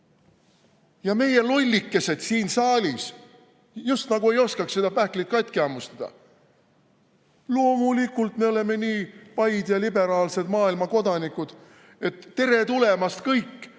Ja meie lollikesed siin saalis just nagu ei oska seda pähklit katki hammustada. Loomulikult, me oleme nii paid ja liberaalsed maailmakodanikud, et tere tulemast kõik,